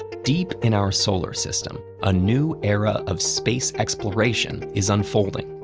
deep in our solar system, a new era of space exploration is unfolding.